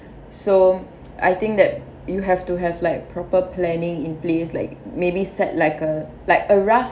so I think that you have to have like proper planning in place like maybe set like a like a rough